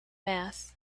mass